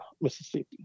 Mississippi